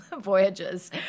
voyages